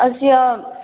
अस्य